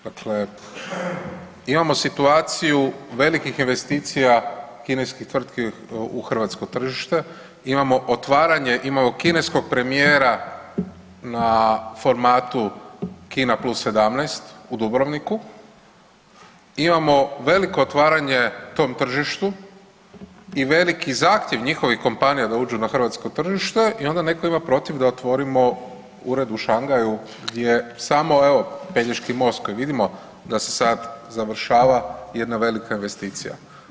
Dakle, imamo situaciju velikih investicija kineskih tvrtki u hrvatsko tržište, imamo otvaranje, imamo kineskog premijera na formatu Kina +17 u Dubrovniku, imamo veliko otvaranje tom tržištu i veliki zahtjev njihovih kompanija da uđu na hrvatsko tržište i onda netko ima protiv da otvorimo ured u Shangaju gdje samo evo Pelješki most koji vidimo da se sad završava je jedna velika investicija.